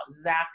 Zach